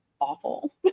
awful